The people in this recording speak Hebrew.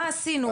מה עשינו,